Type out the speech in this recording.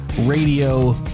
radio